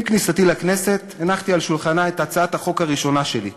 עם כניסתי לכנסת הנחתי על שולחנה את הצעת החוק הראשונה שלי.